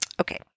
Okay